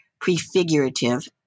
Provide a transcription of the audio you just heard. prefigurative